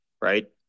right